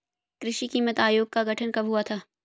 कृषि कीमत आयोग का गठन कब हुआ था?